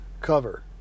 cover